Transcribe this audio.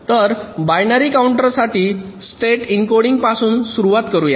तर बायनरी काउंटरसाठी स्टेट एन्कोडिंगपासून सुरुवात करूया